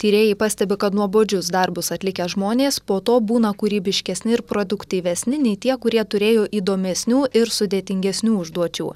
tyrėjai pastebi kad nuobodžius darbus atlikę žmonės po to būna kūrybiškesni ir produktyvesni nei tie kurie turėjo įdomesnių ir sudėtingesnių užduočių